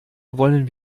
wollen